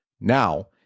Now